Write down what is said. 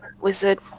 wizard